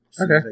Okay